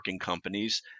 companies